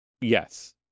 Yes